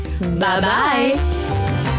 Bye-bye